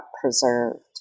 preserved